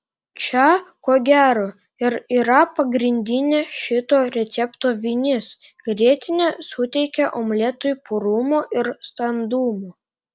čia ko gero ir yra pagrindinė šito recepto vinis grietinė suteikia omletui purumo ir standumo